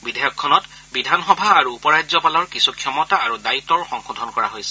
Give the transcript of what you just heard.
বিধেয়কখনত বিধানসভা আৰু উপ ৰাজ্যপালৰ কিছু ক্ষমতা আৰু দায়িত্বৰো সংশোধন কৰা হৈছে